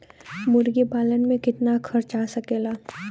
मुर्गी पालन में कितना खर्च आ सकेला?